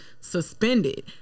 suspended